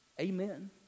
Amen